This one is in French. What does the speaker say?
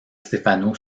stefano